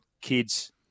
kids –